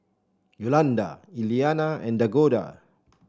Yolanda Eliana and Dakoda